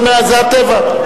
זה הטבע.